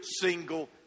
single